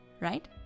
right